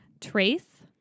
Trace